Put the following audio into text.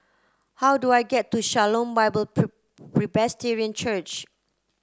how do I get to Shalom Bible Presbyterian Church